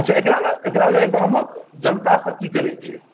अच्छा एकरा लए एकरा लए अहि गामक जनता सभ की करै छै